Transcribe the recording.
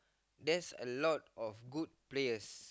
there's a lot of good players